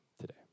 today